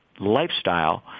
lifestyle